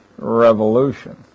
Revolution